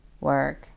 work